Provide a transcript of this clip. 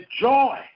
joy